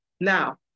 Now